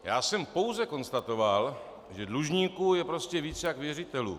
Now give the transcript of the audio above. Já jsem pouze konstatoval, že dlužníků je prostě víc jak věřitelů.